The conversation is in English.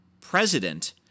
president